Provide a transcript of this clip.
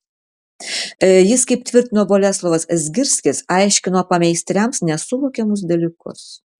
jis kaip tvirtino boleslovas zgirskis aiškino pameistriams nesuvokiamus dalykus